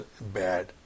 bad